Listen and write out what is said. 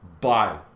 bye